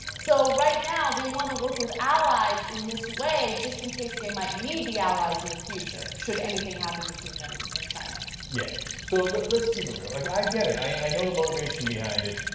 so right now they want to work with allies in this way just in case they might need the allies in the future, should anything happen between them and and china. yeah so let's keep it real, like i get it. i know the motivation behind it.